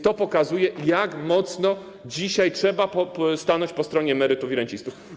To pokazuje, jak mocno dzisiaj trzeba stanąć po stronie emerytów i rencistów.